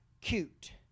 cute